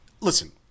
Listen